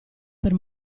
per